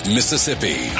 Mississippi